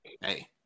Hey